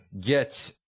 get